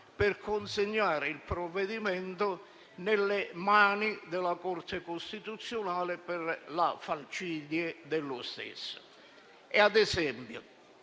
per consegnare il provvedimento nelle mani della Corte costituzionale per la falcidia dello stesso.